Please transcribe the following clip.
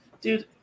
Dude